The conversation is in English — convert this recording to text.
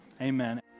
amen